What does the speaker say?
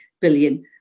billion